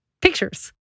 pictures